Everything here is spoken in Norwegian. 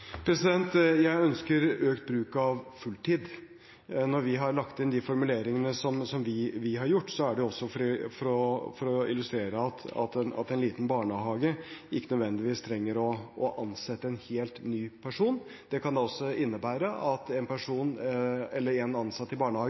Jeg ønsker økt bruk av fulltid. Når vi har lagt inn de formuleringene vi har gjort, er det også for å illustrere at en liten barnehage ikke nødvendigvis trenger å ansette en helt ny person. Det kan også innebære at en ansatt i barnehagen som f.eks. har en